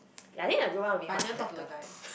yea I think everyone be much better lah